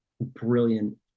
brilliant